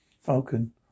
Falcon